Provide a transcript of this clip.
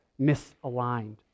misaligned